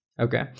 okay